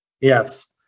Yes